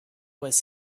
was